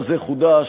הנתבעים.